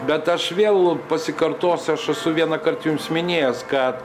bet aš vėl pasikartosiu aš esu vienąkart jums minėjęs kad